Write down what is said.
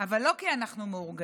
אבל לא כי אנחנו מאורגנים